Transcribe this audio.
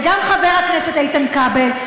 וגם חבר הכנסת איתן כבל,